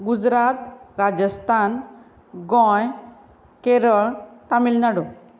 Gujarat Rajasthan Goa Kerala Tamil Nadu